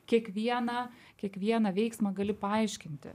kiekvieną kiekvieną veiksmą gali paaiškinti